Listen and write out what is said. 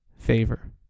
favor